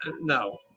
No